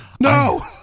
No